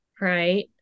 Right